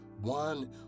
one